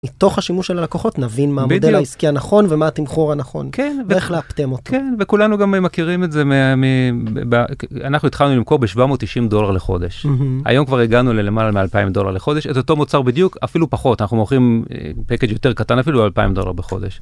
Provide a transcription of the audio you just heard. מתוך השימוש של הלקוחות נבין מה המודל העסקי הנכון ומה התמחור הנכון ואיך לאפטם אותו וכולנו גם מכירים את זה מ... אנחנו התחלנו למכור ב-790 דולר לחודש היום כבר הגענו ללמעלה מאלפיים דולר לחודש את אותו מוצר בדיוק אפילו פחות אנחנו מוכרים פאקאג' יותר קטן אפילו אלפיים דולר בחודש.